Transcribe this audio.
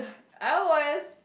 I was